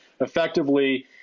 effectively